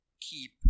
Keep